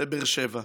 בבאר שבע,